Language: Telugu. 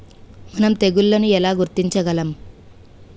మనం తెగుళ్లను ఎలా గుర్తించగలం?